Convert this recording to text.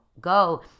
Go